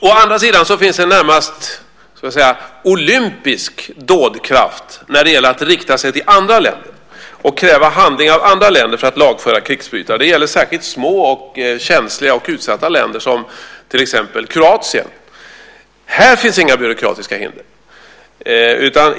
Å andra sidan finns det en närmast olympisk dådkraft när det gäller att rikta sig till andra länder och kräva handling av andra länder för att lagföra krigsförbrytare. Det gäller särskilt små, känsliga och utsatta länder, som till exempel Kroatien. Här finns inga byråkratiska hinder.